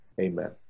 amen